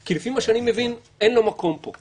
כי לפי מה שאני מבין, אין לו מקום פה.